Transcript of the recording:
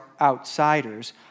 outsiders